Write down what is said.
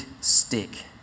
stick